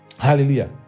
Hallelujah